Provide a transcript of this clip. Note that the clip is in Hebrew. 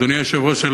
אדוני היושב-ראש,